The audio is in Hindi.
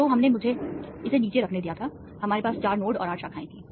तो हमने मुझे इसे नीचे रखने दिया था हमारे पास चार नोड और आठ शाखाएं थीं